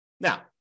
Now